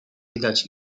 widać